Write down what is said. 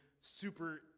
super